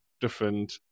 different